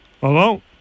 Hello